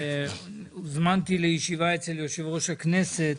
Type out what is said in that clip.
הוזמנתי לישיבה אצל יושב ראש הכנסת